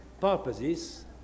purposes